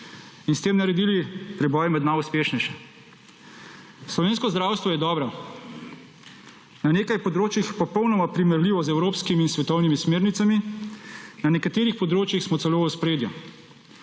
in s tem naredili preboj med najuspešnejše. Slovensko zdravstvo je dobro, na nekaj področjih popolnoma primerljivo z evropskimi in svetovnimi smernicami, na nekateri področjih smo celo v ospredju.